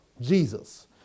Jesus